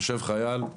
יושב חייל בקצה שני,